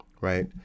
right